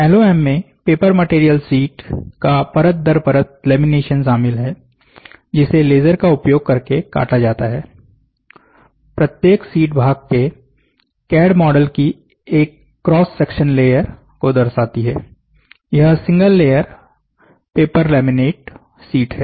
LOM में paper material sheet का परत दर परत लेमिनेशन शामिल है जिसे लेजर का उपयोग करके काटा जाता हैप्रत्येक शीट भाग के कैड मॉडल की एक क्रॉस सेक्शन लेयर को दर्शाती है यह एक single layer paper laminate sheet है